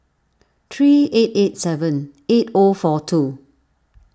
three eight eight seven eight O four two